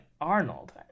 Arnold